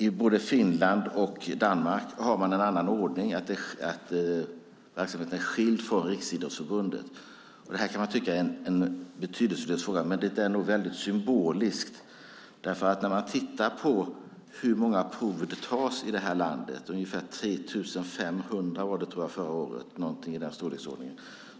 I både Finland och Danmark har man en annan ordning där verksamheten är skild från riksidrottsförbunden. Man kan tycka att detta är en betydelselös fråga, men det är nog väldigt symboliskt om man tittar på hur många prover som tas i det här landet - ungefär 3 500 förra året, tror jag.